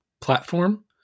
Platform